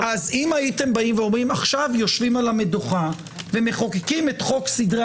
אם הייתם אומרים עכשיו יושבים על המדוכה ומחוקקים את חוק סדרי